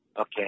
Okay